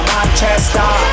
Manchester